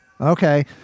Okay